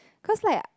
cause like